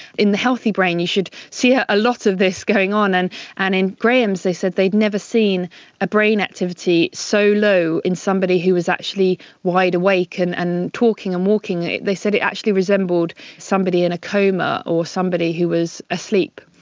in the healthy brain you should see ah a lot of this going on, and and in grahame's they said they'd never seen a brain activity so low in somebody who was actually wide awake and and talking and walking. they said it actually resembled somebody in a coma or somebody who was asleep.